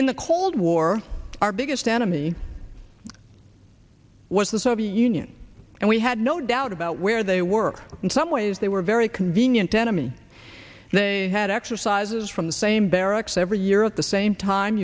in the cold war our biggest enemy was the soviet union and we had no doubt about where they were in some ways they were very convenient enemy and they had exercises from the same barracks every year at the same time